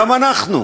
גם אנחנו.